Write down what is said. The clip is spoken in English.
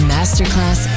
Masterclass